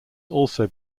also